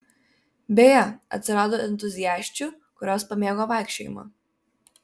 beje atsirado entuziasčių kurios pamėgo vaikščiojimą